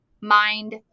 mind